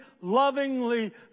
lovingly